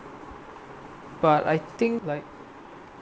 but I think like